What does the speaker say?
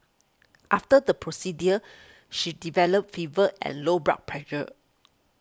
after the procedure she developed fever and low blood pressure